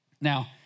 Now